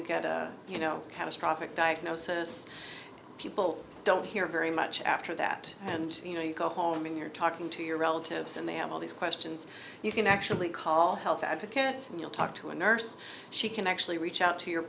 you get a you know catastrophic diagnosis people don't hear very much after that and you know you go home and you're talking to your relatives and they have all these questions you can actually call health advocate you know talk to a nurse she can actually reach out to your